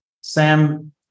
Sam